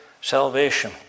salvation